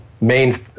main